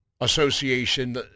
Association